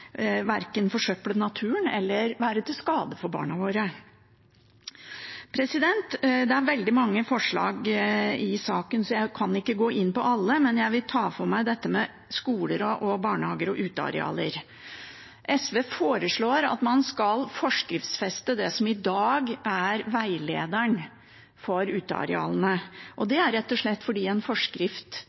forsøple naturen eller være til skade for barna våre. Det er veldig mange forslag i saken, så jeg kan ikke gå inn på alle, men jeg vil ta for meg dette med skoler og barnehager og utearealer. SV foreslår at man skal forskriftsfeste det som i dag er veilederen for utearealene – det er rett og slett fordi en forskrift